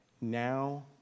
now